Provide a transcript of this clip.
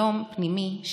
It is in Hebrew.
שלום פנימי,